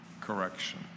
correction